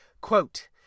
Quote